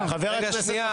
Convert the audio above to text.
שנייה,